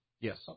Yes